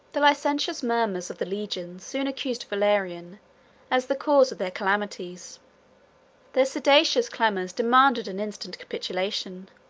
the licentious murmurs of the legions soon accused valerian as the cause of their calamities their seditious clamors demanded an instant capitulation.